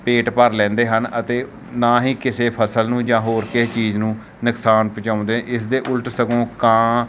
ਪੇਟ ਭਰ ਲੈਂਦੇ ਹਨ ਅਤੇ ਨਾ ਹੀ ਕਿਸੇ ਫ਼ਸਲ ਨੂੰ ਜਾਂ ਹੋਰ ਕਿਸੇ ਚੀਜ਼ ਨੂੰ ਨੁਕਸਾਨ ਪਹੁਚਾਉਂਦੇ ਇਸ ਦੇ ਉਲਟ ਸਗੋਂ ਕਾਂ